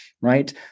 right